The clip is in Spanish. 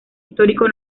histórico